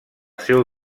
seu